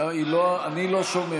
היא לא, אני לא שומע.